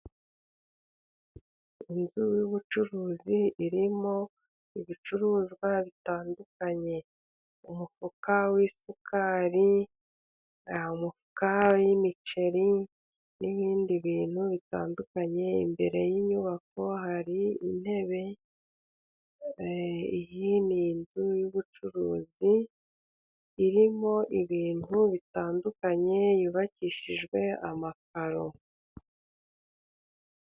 Inzu y'ubucuruzi irimo ibicuruzwa bitadukanye. Umufuka w'isukari, umufuka w'umuceri n'ibindi bintu bitandukanye. imbere y'inyubako, hari intebe. Iyi ni inzu y'ubucuruzi irimo ibintu bitandukanye yubakishijwe amakaro.